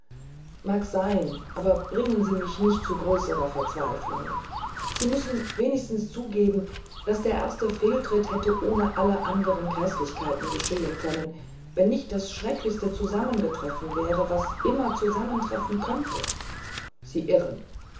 mag sein aber bringen sie mich nicht zu größerer verzweiflung sie müssen wenigstens zugeben daß der erste fehltritt hätte ohne alle andern gräßlichkeiten geschehen können wenn nicht das schrecklichste zusammengetroffen wäre was immer zusammentreffen könnte sie irren